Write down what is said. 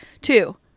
Two